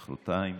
מוחרתיים.